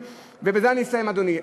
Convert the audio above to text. ובזה אני אסיים, אדוני.